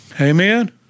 Amen